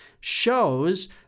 shows